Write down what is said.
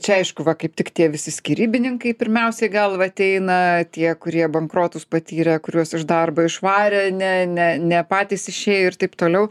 čia aišku va kaip tik tie visi skyrybininkai pirmiausiai į galvą ateina tie kurie bankrotus patyrė kuriuos iš darbo išvarė ne ne ne patys išėjo ir taip toliau